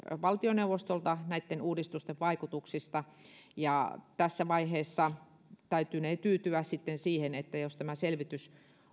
valtioneuvostolta näitten uudistusten vaikutuksista tässä vaiheessa täytynee tyytyä sitten siihen että jos tämä selvitys